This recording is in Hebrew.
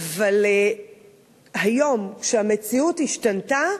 אבל היום, כשהמציאות השתנתה,